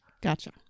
Gotcha